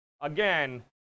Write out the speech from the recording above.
again